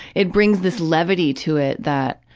it bring this levity to it that,